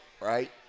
right